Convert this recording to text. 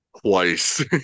twice